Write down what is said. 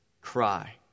cry